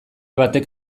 batek